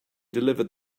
delivered